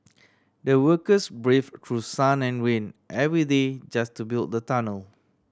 the workers brave through sun and rain every day just to build the tunnel